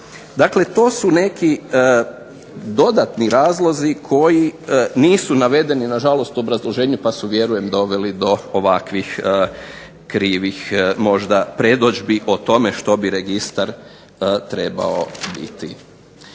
Dakle, to su neki dodatni razlozi koji nisu navedeni nažalost u obrazloženu pa su vjerujem doveli do ovakvih krivih predodžbi o tome što bi registar trebao biti.